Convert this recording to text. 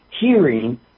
hearing